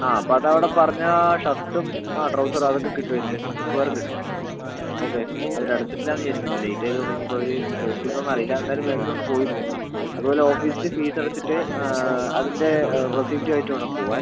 ആ അപ്പം അത് അവിടെ പറഞ്ഞാൽ ഷർട്ടും ആ ട്രൗസർ അത് ഒക്കെ കിട്ടുമായിരിക്കും മിക്കവാറും കിട്ടും ഓക്കെ അവർ അടച്ചിട്ട് ഇല്ലയെന്ന് വിചാരിക്കുന്നു ലേറ്റ് ആയതു കൊണ്ട് ഇനി ഇപ്പം അവർ ക്ലോസ് ചെയ്തോയെന്ന് അറിയില്ല എന്തായാലും മാക്സിമം ഒന്ന് പോയി നോക്കൂ അതുപോലെ ഓഫീസിൽ ഫീസ് അടച്ചിട്ട് അതിൻ്റെ റെസിപ്റ്റും ആയിട്ട് വേണം പോകാൻ